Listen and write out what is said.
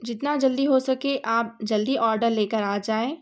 جتنا جلدی ہو سکے آپ جلدی آڈر لے کر آ جائیں